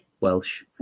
welsh